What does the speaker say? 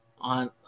on